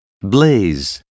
blaze